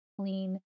clean